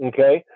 Okay